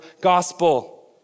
gospel